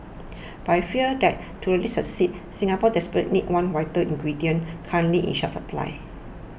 but I fear that to really succeed Singapore desperately needs one vital ingredient currently in short supply